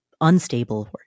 unstable